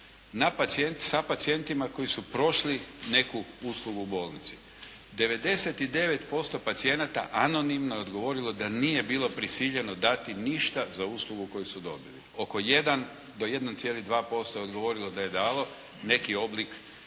sa pacijentima koji su prošli neku uslugu u bolnici. 99% pacijenata anonimno je odgovorilo da nije bilo prisiljeno dati ništa za uslugu koju su dobili. Oko 1 do 1,2% je odgovorilo da je dalo neki oblik dara